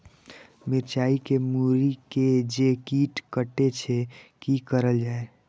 मिरचाय के मुरी के जे कीट कटे छे की करल जाय?